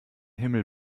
himmel